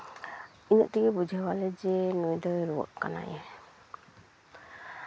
ᱤᱱᱟᱹᱜ ᱛᱮᱜᱮ ᱵᱩᱡᱷᱟᱹᱣ ᱟᱞᱮ ᱡᱮ ᱱᱩᱭᱫᱚᱭ ᱨᱩᱣᱟᱹᱜ ᱠᱟᱱᱟᱭᱮ